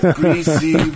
greasy